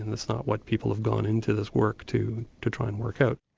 and it's not what people have gone into this work to to try and work out.